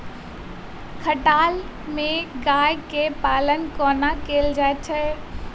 खटाल मे गाय केँ पालन कोना कैल जाय छै?